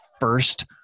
first